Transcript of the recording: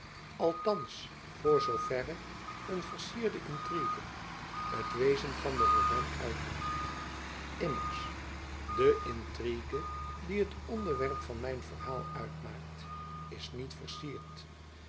althands voor zoo verre een verzierde intrigue het wezen van den roman uitmaakt immers de intrigue die het onderwerp van mijn verhaal uitmaakt is niet verzierd